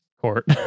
court